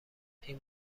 این